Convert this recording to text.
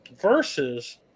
versus